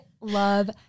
love